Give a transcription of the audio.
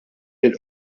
lill